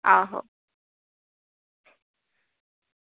आहो